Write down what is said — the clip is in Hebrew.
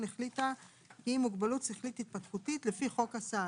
החליטה כי היא מוגבלות שכלית-התפתחותית לפי חוק הסעד,